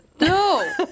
No